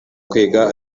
kwiga